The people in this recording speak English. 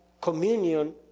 communion